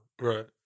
right